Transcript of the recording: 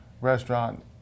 restaurant